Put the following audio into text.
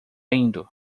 indo